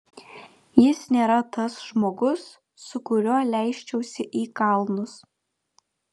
jis nėra tas žmogus su kuriuo leisčiausi į kalnus